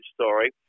story